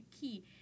key